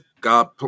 God